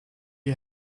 you